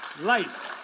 life